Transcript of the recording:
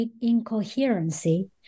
incoherency